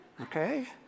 Okay